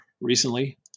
recently